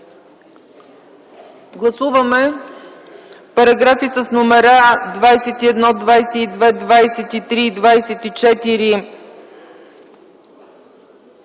Гласуваме параграфи с номера 20, 21, 22